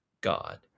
God